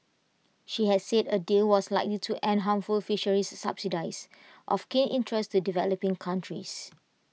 she has said A deal was likely to end harmful fisheries subsidies of keen interest to developing countries